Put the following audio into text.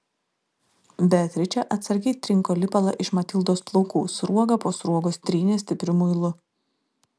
beatričė atsargiai trinko lipalą iš matildos plaukų sruogą po sruogos trynė stipriu muilu